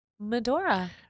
Medora